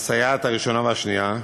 הסייעת הראשונה והשנייה.